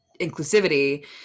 inclusivity